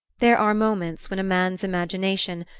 there are moments when a man's imagination,